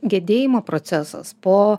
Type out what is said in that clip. gedėjimo procesas po